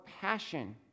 passion